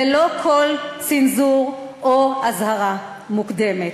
ללא כל צנזור או אזהרה מוקדמת,